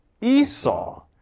Esau